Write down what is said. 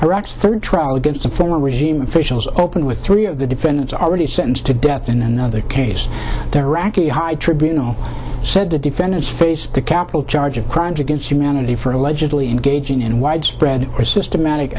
iraq's third trial gets a former regime officials open with three of the defendants are already sentenced to death in another case there raqi high tribunal said the defendants face the capital charge of crimes against humanity for allegedly engaging in widespread or systematic